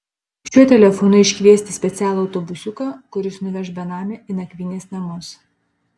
šiuo telefonu iškviesti specialų autobusiuką kuris nuveš benamį į nakvynės namus